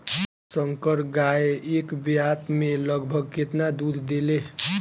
संकर गाय एक ब्यात में लगभग केतना दूध देले?